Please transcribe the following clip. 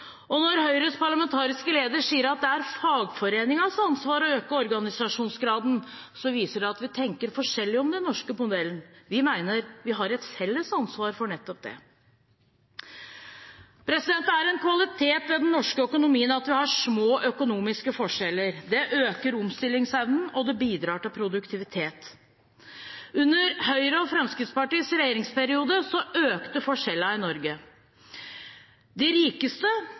organisasjonsgrad. Når Høyres parlamentariske leder sier at det er fagforeningens ansvar å øke organisasjonsgraden, viser det at vi tenker forskjellig om den norske modellen. Vi mener vi har et felles ansvar for nettopp det. Det er en kvalitet ved den norske økonomien at vi har små økonomiske forskjeller. Det øker omstillingsevnen, og det bidrar til produktivitet. Under Høyre og Fremskrittspartiets regjeringsperiode økte forskjellene i Norge. De rikeste